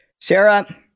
Sarah